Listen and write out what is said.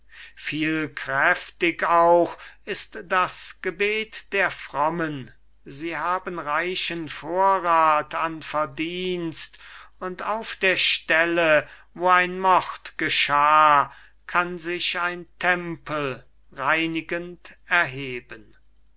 entsündigt vielkräftig auch ist das gebet der frommen sie haben reichen vorrath an verdienst und auf der stelle wo ein mord geschah kann sich ein tempel reinigend erheben